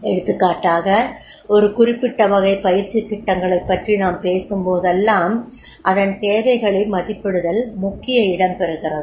எடுத்துக்காட்டாக ஒரு குறிப்பிட்ட வகை பயிற்சித் திட்டங்களைப் பற்றி நாம் பேசும்போதெல்லாம் அதன் தேவைகளை மதிப்பிடுதல் முக்கிய இடம்பெறுகிறது